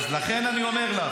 אז לכן אני אומר לך